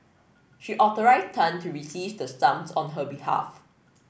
she authorised Tan to receive the sums on her behalf